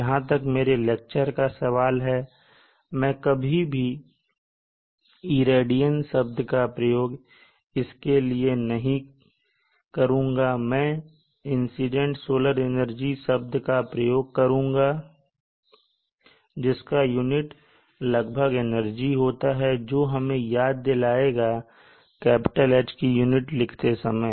जहां तक मेरे लेक्चर का सवाल है मैं कभी भी irradiance शब्द का प्रयोग इसके लिए नहीं करुंगा मैं incident solar energy शब्द का प्रयोग करुंगा जिसका यूनिट लगभग एनर्जी होता है जो हमें याद दिलाएगा "H" की यूनिट लिखते समय